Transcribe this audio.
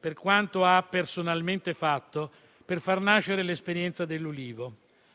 per quanto ha personalmente fatto per far nascere l'esperienza dell'Ulivo.